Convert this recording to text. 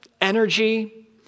energy